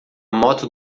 moto